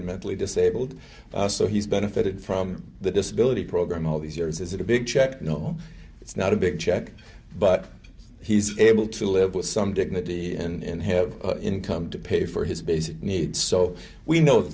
and mentally disabled so he's benefited from the disability program all these years is that a big check no it's not a big check but he's able to live with some dignity and have income to pay for his basic needs so we know